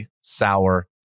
sour